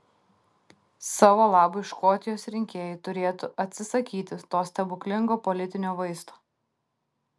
savo labui škotijos rinkėjai turėtų atsisakyti to stebuklingo politinio vaisto